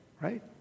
right